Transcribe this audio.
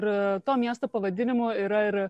ir to miesto pavadinimu yra ir